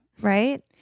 right